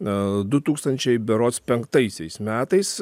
a du tūkstančiai berods penktaisiais metais